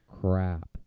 crap